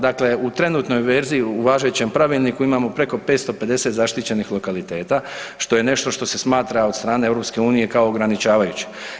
Dakle, u trenutnoj verziji u važećem pravilniku imamo preko 550 zaštićenih lokaliteta što je nešto što se smatra od strane EU kao ograničavajuće.